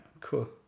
cool